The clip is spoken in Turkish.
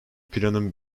planın